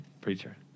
preacher